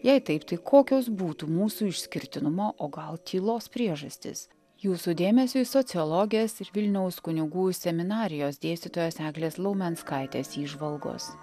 jei taip tai kokios būtų mūsų išskirtinumo o gal tylos priežastys jūsų dėmesiui sociologės ir vilniaus kunigų seminarijos dėstytojos eglės laumenskaitės įžvalgos